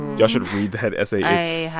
y'all should read that essay.